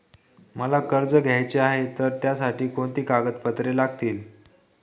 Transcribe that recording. मला कर्ज घ्यायचे आहे तर त्यासाठी कोणती कागदपत्रे लागतील?